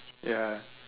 ya